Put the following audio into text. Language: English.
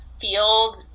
field